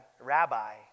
Rabbi